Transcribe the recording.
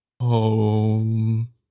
Home